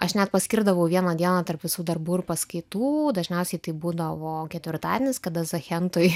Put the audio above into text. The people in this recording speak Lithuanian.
aš net paskirdavau vieną dieną tarp visų darbų ir paskaitų dažniausiai tai būdavo ketvirtadienis kada zachentui